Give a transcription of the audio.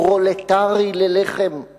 פרולטרי ללחם?/